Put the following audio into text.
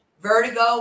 vertigo